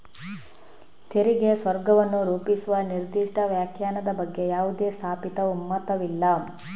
ತೆರಿಗೆ ಸ್ವರ್ಗವನ್ನು ರೂಪಿಸುವ ನಿರ್ದಿಷ್ಟ ವ್ಯಾಖ್ಯಾನದ ಬಗ್ಗೆ ಯಾವುದೇ ಸ್ಥಾಪಿತ ಒಮ್ಮತವಿಲ್ಲ